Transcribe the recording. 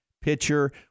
pitcher